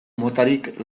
motarik